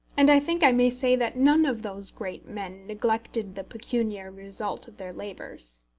and i think i may say that none of those great men neglected the pecuniary result of their labours.